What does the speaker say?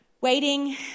Waiting